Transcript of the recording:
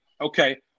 Okay